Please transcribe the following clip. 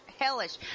hellish